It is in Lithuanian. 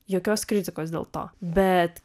jokios kritikos dėl to bet